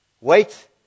Wait